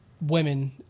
women